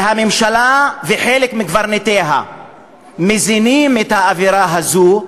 והממשלה וחלק מקברניטיה מזינים את האווירה הזו,